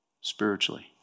spiritually